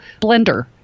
blender